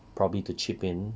probably to chip in